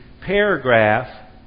paragraph